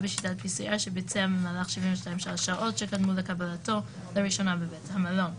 בשיטת pcr שביצע במהלך 72 השעות שקדמו לקבלתו לראשונה בבית המלון,.